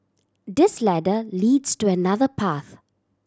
this ladder leads to another path